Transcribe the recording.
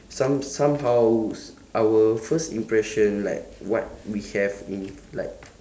some~ somehow our first impression like what we have in like